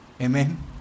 Amen